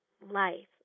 life